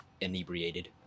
inebriated